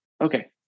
Okay